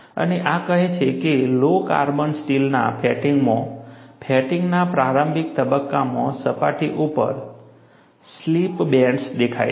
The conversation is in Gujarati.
અને આ કહે છે કે લો કાર્બન સ્ટીલના ફેટિગમાં ફેટિગના પ્રારંભિક તબક્કામાં સપાટી ઉપર સ્લિપ બેન્ડ્સ દેખાય છે